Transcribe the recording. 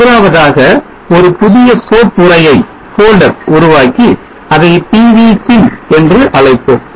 முதலாவதாக ஒரு புதிய கோப்புறையை உருவாக்கி அதை PV sim என்று அழைப்போம்